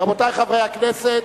רבותי חברי הכנסת,